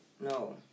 no